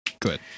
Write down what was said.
good